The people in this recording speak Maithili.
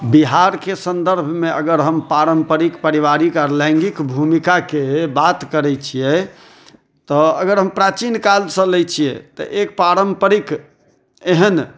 बिहारके सन्दर्भमे अगर हम परम्परिक पारिवारिक आ लैङ्गिक भूमिकाके बात करैत छियै तऽ अगर हम प्राचीन कालसँ लै छियै तऽ एक पारम्परिक एहन